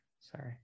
sorry